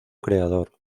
creador